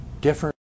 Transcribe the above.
different